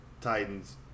Titans